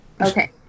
Okay